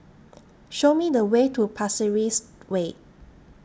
Show Me The Way to Pasir Ris Way